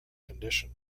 condition